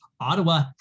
Ottawa